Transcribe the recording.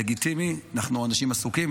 לגיטימי, אנחנו אנשים עסוקים.